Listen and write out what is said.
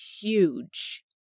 huge